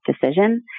decision